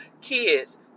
kids